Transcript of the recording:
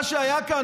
מה שהיה כאן,